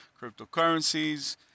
cryptocurrencies